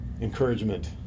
encouragement